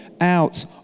out